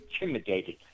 intimidated